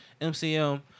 MCM